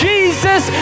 Jesus